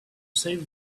save